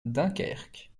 dunkerque